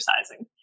exercising